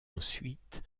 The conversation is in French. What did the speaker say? ensuite